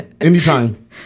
Anytime